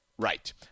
Right